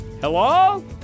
Hello